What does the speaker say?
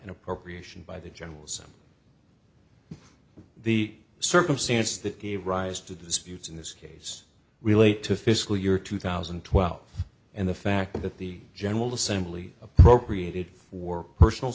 an appropriation by the generals in the circumstance that gave rise to disputes in this case relate to fiscal year two thousand and twelve and the fact that the general assembly appropriated for personal